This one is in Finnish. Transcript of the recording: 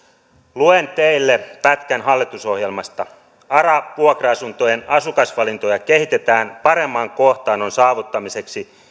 luen teille pätkän hallitusohjelmasta aran vuokra asuntojen asukasvalintoja kehitetään paremman kohtaannon saavuttamiseksi